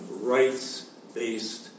rights-based